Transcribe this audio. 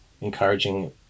encouraging